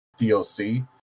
DLC